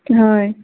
হয়